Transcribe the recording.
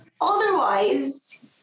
otherwise